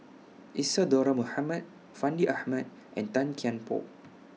Isadhora Mohamed Fandi Ahmad and Tan Kian Por